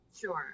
Sure